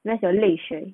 那小泪水